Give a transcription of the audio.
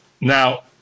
Now